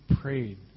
prayed